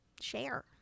share